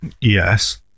Yes